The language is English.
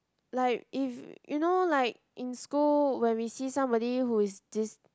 like if you know like in school when we see somebody who is dis~